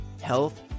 health